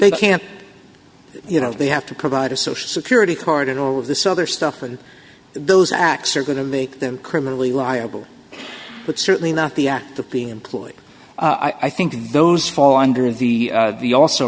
they can't you know they have to provide a social security card and all of this other stuff and those acts are going to make them criminally liable but certainly not the act the p employee i think those fall under the the also